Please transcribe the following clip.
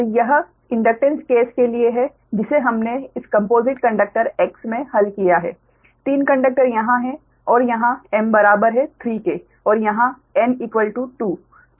तो यह inductance case के लिए है जिसे हमने इस कंपोजिट कंडक्टर X में हल किया है तीन कंडक्टर यहां हैं और यहां m बराबर है 3 के और यहां n 2 2 कंडक्टर हैं